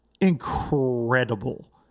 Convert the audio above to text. incredible